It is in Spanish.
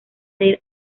del